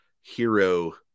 hero